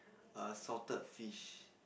err salted fish